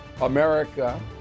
America